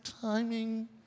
timing